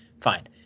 fine